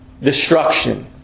destruction